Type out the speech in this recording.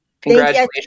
congratulations